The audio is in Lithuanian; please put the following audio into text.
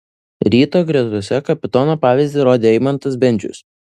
ryto gretose kapitono pavyzdį rodė eimantas bendžius